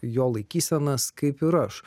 jo laikysenas kaip ir aš